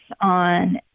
on